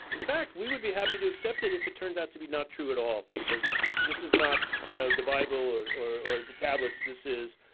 in fact, we would be happy to accept it if it turns out to be not true at all, because this is not, you know, the bible or or the tablets. this is,